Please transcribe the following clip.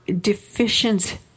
deficiency